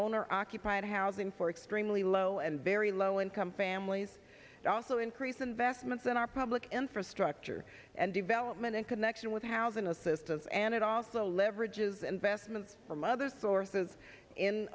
owner occupied housing for extremely low and very low income families and also increase investments in our public infrastructure and development in connection with housing assistance and also leverage is an vestments from other sources in